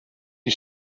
die